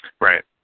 Right